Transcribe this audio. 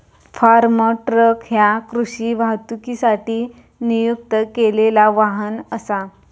form truck ह्या कृषी वाहतुकीसाठी नियुक्त केलेला वाहन असा